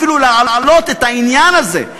אפילו להעלות את העניין הזה,